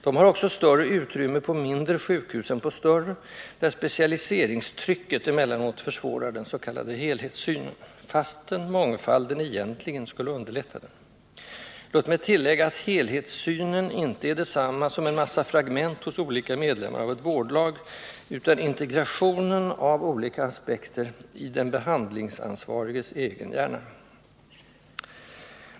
Dessa har också större utrymme på mindre sjukhus än på större, där specialiseringstrycket emellanåt försvårar den s.k. helhetssynen, fastän mångfalden egentligen skulle underlätta den. Låt mig tillägga att ”helhetssynen” inte är detsamma som en massa fragment hos olika medlemmar av ett vårdlag, utan integrationen av olika aspekter i den behandlingsansvariges egen hjärna.